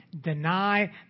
deny